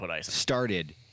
started